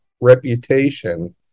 reputation